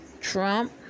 Trump